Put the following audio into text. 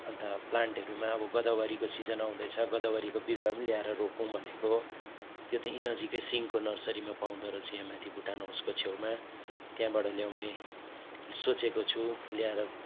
अनि त प्लान्टहरूमा अब गोदावरीको सिजन आउँदैछ गोदावरीको बिरुवा पनि ल्याएर रोपौँ भनेको त्यो त यहीँ नजिकै सिन्को नर्सरीमा पाउँदोरहेछ यहाँ माथि भुटान हाउसको छेउमा त्यहाँबाट ल्याउने सोचेको छु ल्याएर